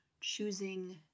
choosing